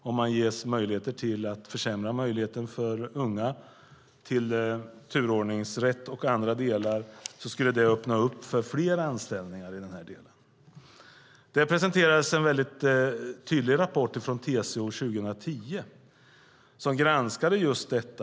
Om det blev möjligt att försämra turordningsrätt och andra delar för unga skulle det öppna för fler anställningar. TCO presenterade en rapport 2010 som granskade denna fråga.